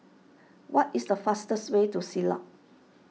what is the fastest way to Siglap